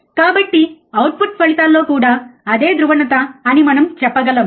కాబట్టి అవుట్పుట్ ఫలితాల్లో కూడా అదే ధ్రువణత అని మనం చెప్పగలం